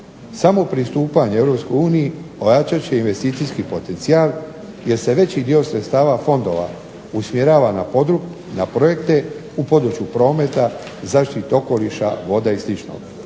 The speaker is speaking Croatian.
Samo pristupanje EU ojačat će investicijski potencijal jer se veći dio sredstava fondova usmjerava na projekte u području prometa, zaštite okoliša, voda i sl.